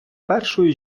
першою